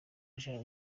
jean